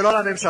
ולא על הממשלה.